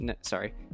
sorry